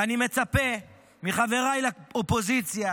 ואני מצפה מחבריי באופוזיציה